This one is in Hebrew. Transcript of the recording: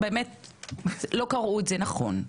שלא קראו את זה נכון.